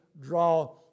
draw